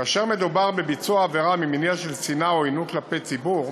כאשר מדובר בביצוע עבירה ממניע של שנאה או עוינות כלפי ציבור,